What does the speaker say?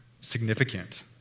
significant